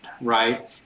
Right